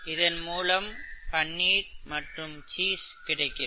இதன் மூலம் பன்னீர் மற்றும் சீஸ் கிடைக்கிறது